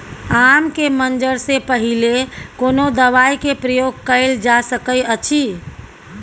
आम के मंजर से पहिले कोनो दवाई के प्रयोग कैल जा सकय अछि?